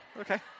Okay